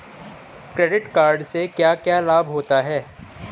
Credit card से क्या क्या लाभ होता है?